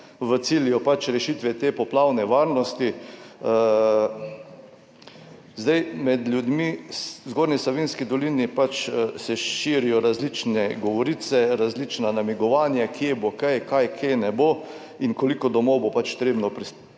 s ciljem rešitve te poplavne varnosti. Med ljudmi v Zgornji Savinjski dolini se širijo različne govorice, različna namigovanja, kje bo kaj, kaj kje ne bo in koliko domov bo potrebno preseliti.